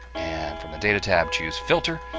and from the data tab choose filter,